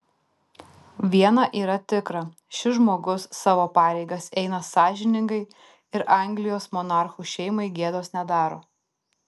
viena yra tikra šis žmogus savo pareigas eina sąžiningai ir anglijos monarchų šeimai gėdos nedaro